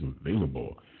available